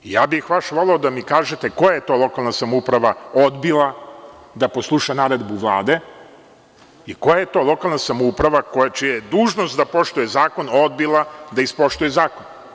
Baš bih voleo da mi kažete koja je to lokalna samouprava odbila da posluša naredbu Vlade i koja je to lokalna samouprava čija je dužnost da poštuje zakon, odbila da ispoštuje zakon.